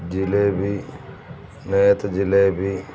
జిలేబీ నేతి జిలేబీ